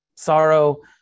Sorrow